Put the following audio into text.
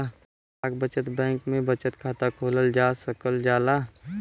डाक बचत बैंक में बचत खाता खोलल जा सकल जाला